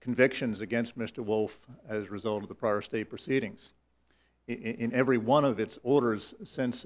convictions against mr wolfe as a result of the prior state proceedings in every one of its orders s